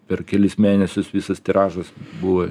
per kelis mėnesius visas tiražas buvo